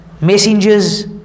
messengers